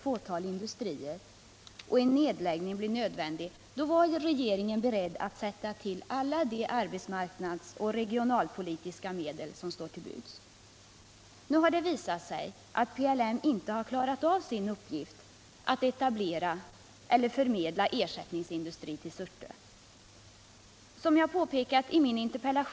Företaget har meddelat att ett begränsat antal personer i fortsättningen kommer att kunna erbjudas sysselsättning i företagets verksamhet i Surte. En samrådsgrupp har bildats av företaget, de fackliga organisationerna och Ale kommun. Denna fortsätter diskussionerna om olika förslag för att finna nya sysselsättningstillfällen. Jag utgår från att alla ansträngningar kommer att göras för att finna en positiv lösning på frågan. Samrådsgruppen kommer att biträdas av verkställande direktören för Älvsborgs läns företagareförening. Herr talman! Jag tackar industriministern för svaret.